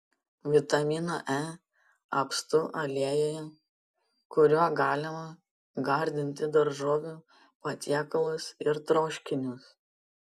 vitamino e apstu aliejuje kuriuo galima gardinti daržovių patiekalus ir troškinius